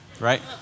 Right